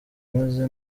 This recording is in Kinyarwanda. ameze